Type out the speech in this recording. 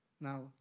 Now